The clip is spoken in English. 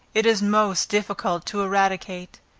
it is most difficult to eradicate.